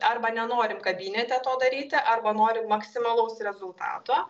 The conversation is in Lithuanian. arba nenorim kabinete to daryti arba nori maksimalaus rezultato